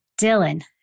Dylan